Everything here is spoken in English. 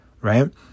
right